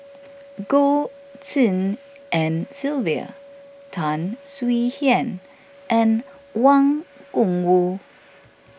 Goh Tshin En Sylvia Tan Swie Hian and Wang Gungwu